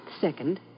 Second